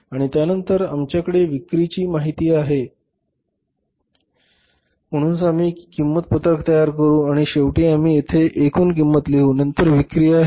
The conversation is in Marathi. आणि त्यानंतर आमच्याकडे विक्रीची माहिती आहे म्हणून आम्ही किंमत पत्रक तयार करू आणि शेवटी आम्ही येथे एकूण किंमत लिहू नंतर विक्री आहे